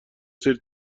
سری